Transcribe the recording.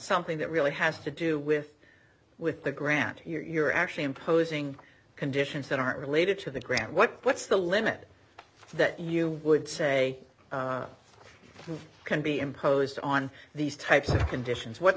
something that really has to do with with the grant you're actually imposing conditions that aren't related to the grant what what's the limit that you would say can be imposed on these types of conditions what